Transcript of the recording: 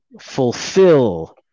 fulfill